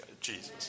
Jesus